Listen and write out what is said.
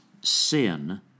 sin